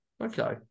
Okay